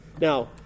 Now